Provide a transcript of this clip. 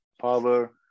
power